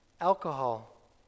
alcohol